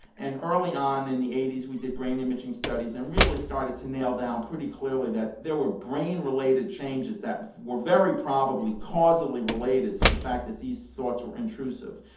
and early on and the eighty s we did brain imaging studies and really started to nail down pretty clearly that there were brain related changes that were very probably causally related to the fact that these thoughts were intrusive.